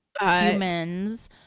humans